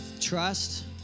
Trust